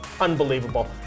Unbelievable